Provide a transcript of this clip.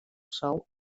sou